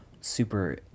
super